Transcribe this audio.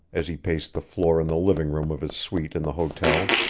as he paced the floor in the living room of his suite in the hotel.